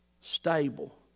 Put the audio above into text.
Stable